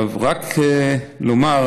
רק לומר,